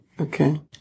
Okay